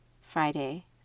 Friday